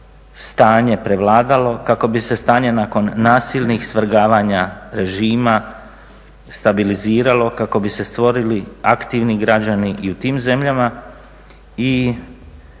stanje prevladalo kako bi se stanje nakon nasilnih svrgavanja režima stabiliziralo kako bi se stvorili aktivni građani i u tim zemljama.